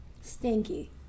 stinky